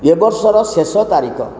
ଏବର୍ଷର ଶେଷ ତାରିଖ